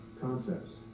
concepts